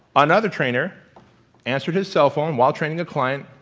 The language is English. another trainer answered his cellphone while training a client,